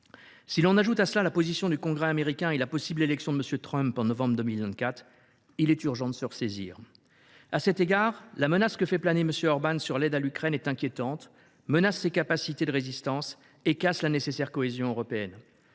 Si l’on y ajoute la position du Congrès américain et la possible élection de M. Trump en novembre 2024, il est urgent de se ressaisir. À cet égard, la menace que fait planer M. Orbán sur l’aide à l’Ukraine est inquiétante, car son exécution attenterait à ses capacités de résistance. Elle casse la nécessaire cohésion européenne.